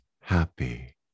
happy